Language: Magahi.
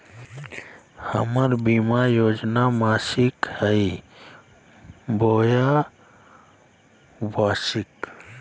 हमर बीमा योजना मासिक हई बोया वार्षिक?